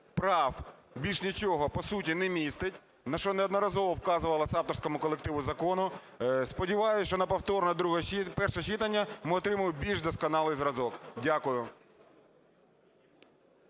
прав, більше нічого по суті не містить, на що неодноразово вказувалось авторському колективу закону. Сподіваюсь, що на повторне перше читання ми отримаємо більш досконалий зразок. Дякую.